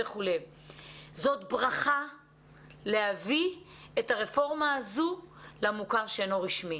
זאת ברכה להביא את הרפורמה הזו למוכר שאינו רשמי.